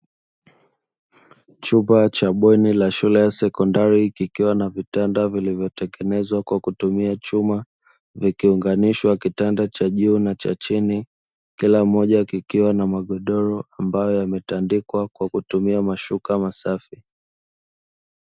Chumba cha bweni ya shule ya sekondari kikiwa na vitanda vilivyotengenezwa kwa kutumia chuma, kwa kuunganisha kitanda cha juu na cha chini, kila moja kikiwa na magodoro ambayo yametandikwa kwa kutumia mashuka masafi.